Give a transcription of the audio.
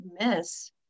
miss